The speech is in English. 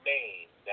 Maine